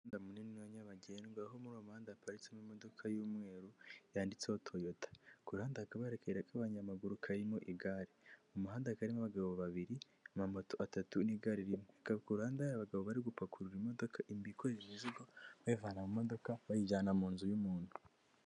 Umuhandada munini wa nyabagendwa, aho muri uwo muhanda haparitsemo imodoka y'umweru yanditseho toyota, ku ruhande hakaba hari akayira k'abanyamaguru karimo igare. Mu muhanda hakaba harimo abagabo babiri, amamoto atatu n'igare rimwe. Hakaba ku ruhande hari abagabo bari gupakurura imodokada bikorera imizigo bayikura mu modoka bayijyana mu nzu y'umuntu.